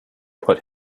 put